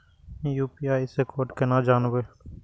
UPI से code केना जानवै?